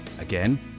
Again